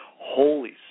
holy